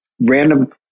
random